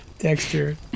texture